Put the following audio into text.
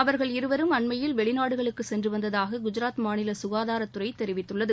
அவர்கள் இருவரும் அண்மையில் வெளிநாடுகளுக்கு சென்று வந்ததாக குஜராத் மாநில சுகாதாரத்துறை தெரிவித்துள்ளது